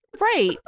right